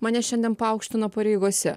mane šiandien paaukštino pareigose